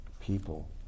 people